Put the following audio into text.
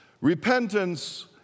Repentance